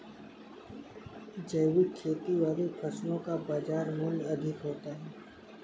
जैविक खेती वाली फसलों का बाजार मूल्य अधिक होता है